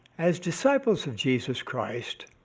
as disciples of jesus christ,